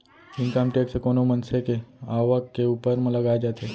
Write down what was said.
income tax कोनो मनसे के आवक के ऊपर म लगाए जाथे